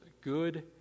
good